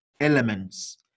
Elements